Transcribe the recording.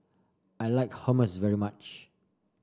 I like Hummus very much